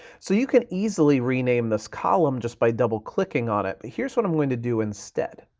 so you can easily rename this column just by double clicking on it. here's what i'm going to do instead.